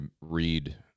read